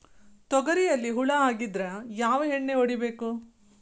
ತೊಗರಿಯಲ್ಲಿ ಹುಳ ಆಗಿದ್ದರೆ ಯಾವ ಎಣ್ಣೆ ಹೊಡಿಬೇಕು?